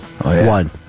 One